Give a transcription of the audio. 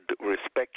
respect